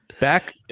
back